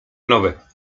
nowe